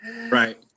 Right